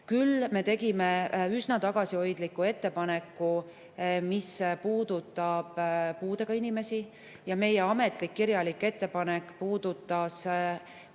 Küll aga me tegime üsna tagasihoidliku ettepaneku, mis puudutab puuetega inimesi, ja meie ametlik kirjalik ettepanek puudutas